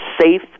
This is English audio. safe